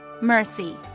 mercy